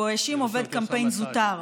והוא האשים עובד קמפיין זוטר.